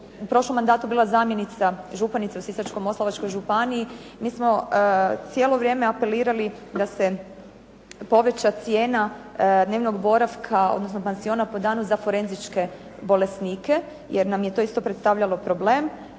u prošlom mandatu bila zamjenica županica u Sisačko-moslavačkoj županiji. Mi smo cijelo vrijeme apelirali da se poveća cijena dnevnog boravka, odnosno pansiona po danu za forenzičke bolesnike, jer nam je to isto predstavljalo problem.